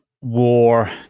war